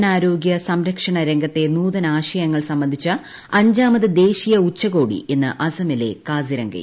പൊതു ജനാരോഗൃ സംരക്ഷണ രംഗത്തെ നൂതനാശയങ്ങൾ സംബന്ധിച്ച അഞ്ചാമത് ദേശീയ ഉച്ചകോടി ഇന്ന് അസ്സമിലെ കാസിരംഗയിൽ